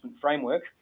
framework